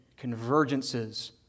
convergences